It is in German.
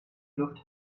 luft